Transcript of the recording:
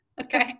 Okay